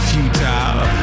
Futile